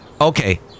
Okay